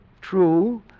True